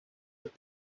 that